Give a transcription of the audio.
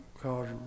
cause